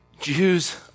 Jews